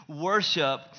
worship